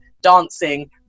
dancing